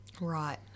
Right